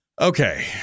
Okay